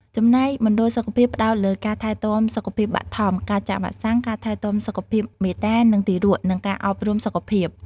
ចំណែក មណ្ឌលសុខភាពផ្តោតលើការថែទាំសុខភាពបឋម ការចាក់វ៉ាក់សាំង ការថែទាំសុខភាពមាតា និងទារក និងការអប់រំសុខភាព។